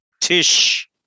Tish